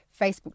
Facebook